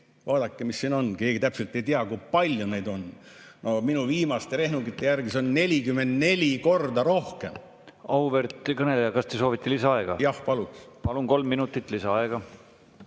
Vaadake, mis siin toimub. Keegi täpselt ei tea, kui palju neid on, aga minu viimaste rehnungite järgi on neid 44 korda rohkem. Auväärt kõneleja, kas te soovite lisaaega? Jah, palun. Palun, kolm minutit lisaaega!